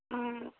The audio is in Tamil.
ம்